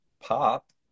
pop